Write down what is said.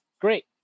great